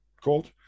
called